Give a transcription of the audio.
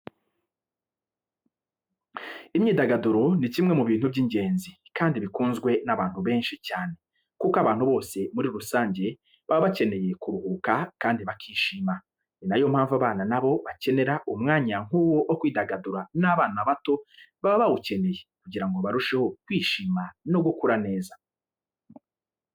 Imyidagaduro ni kimwe mu bintu by'ingenzi kandi bikunzwe n'abantu benshi cyane kuko abantu bose muri rusange baba bakeneye kuruhuka kandi bakishima. Ni na yo mpamvu abana na bo bakenera umwanya nk'uwo wo kwidagadira n'abana bato baba bawukeneye kugira ngo barusheho kwishima no gukura neza.